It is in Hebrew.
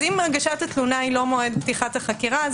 האם הגשת התלונה היא יום פתיחת החקירה?